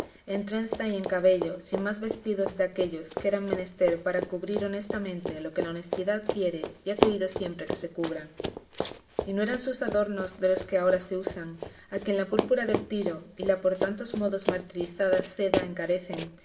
en trenza y en cabello sin más vestidos de aquellos que eran menester para cubrir honestamente lo que la honestidad quiere y ha querido siempre que se cubra y no eran sus adornos de los que ahora se usan a quien la púrpura de tiro y la por tantos modos martirizada seda encarecen